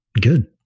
Good